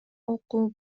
окуп